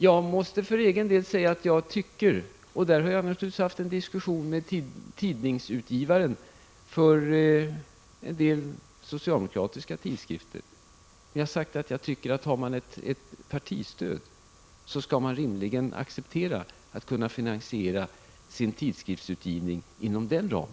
För egen del måste jag säga att jag tycker — och på den punkten har jag haft diskussioner med utgivare av en del socialdemokratiska tidskrifter — att om man har ett partistöd, så skall man rimligen kunna acceptera att finansiera sin tidskriftsutgivning inom ramen för detta.